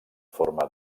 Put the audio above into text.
forma